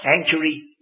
sanctuary